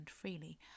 freely